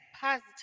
positive